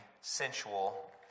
sensual